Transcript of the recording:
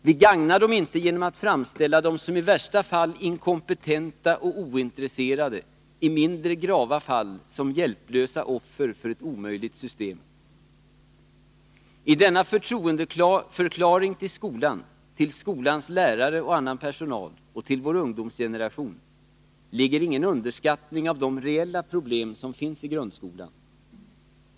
Vi gagnar dem inte genom att framställa dem som i värsta fall inkompetenta och ointresserade, i mindre grava fall som hjälplösa offer för ett omöjligt system. I denna förtroendeförklaring till skolan, till skolans lärare och annan personal, och till vår ungdomsgeneration, ligger ingen underskattning av de reella problem som finns i grundskolan.